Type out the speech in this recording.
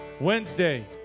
Wednesday